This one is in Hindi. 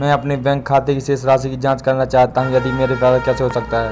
मैं अपने बैंक खाते की शेष राशि की जाँच करना चाहता हूँ यह मेरे द्वारा कैसे हो सकता है?